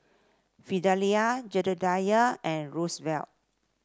Fidelia Jedediah and Rosevelt